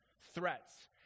threats